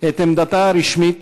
את עמדתה הרשמית,